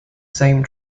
same